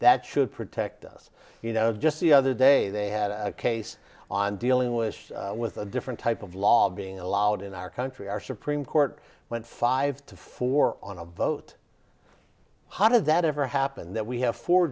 that should protect us you know just the other day they had a case on dealing wish with a different type of law being allowed in our country our supreme court went five to four on a vote how did that ever happen that we have four